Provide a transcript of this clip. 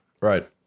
right